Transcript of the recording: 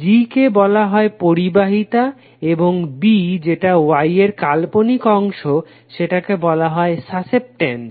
G কে বলা হয় পরিবাহিতা এবং B যেটা Y এর কাল্পনিক অংশ সেটাকে বলা হয় সাসেপটেন্স